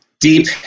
deep